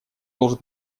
должен